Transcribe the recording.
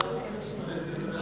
מלזיה זה לא באפריקה, מלזיה זה באסיה.